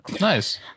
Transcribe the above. Nice